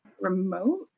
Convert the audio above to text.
remote